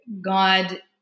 God